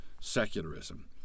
secularism